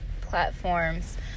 platforms